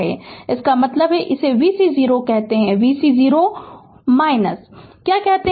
Refer Slide Time 2700 इसका मतलब है इसे vc 0 कहते हैं vc 0 क्या कहते हैं